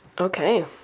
Okay